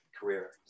career